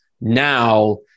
now